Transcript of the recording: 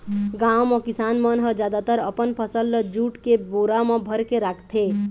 गाँव म किसान मन ह जादातर अपन फसल ल जूट के बोरा म भरके राखथे